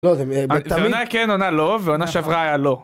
לא זה מתמיד.. עונה כן עונה לא, ועונה שעברה היה לא.